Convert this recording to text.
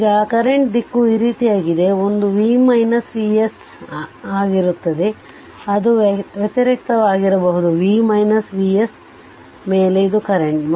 ಈಗ ಕರೆಂಟ್ ದಿಕ್ಕು ಈ ರೀತಿಯಾಗಿದೆ ಒಂದು v V s ಆಗಿರುತ್ತದೆ ಅದು ವ್ಯತಿರಿಕ್ತವಾಗಿರುತ್ತದೆ ಅದು V V s ಮೇಲೆ ಇದು ಕರೆಂಟ್